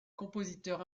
compositeur